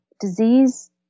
disease